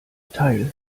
teil